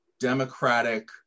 democratic